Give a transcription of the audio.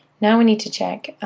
now, we need to check